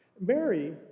Mary